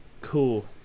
cool